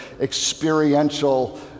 experiential